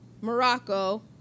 Morocco